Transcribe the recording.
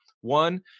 One